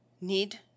need